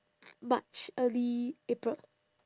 march early april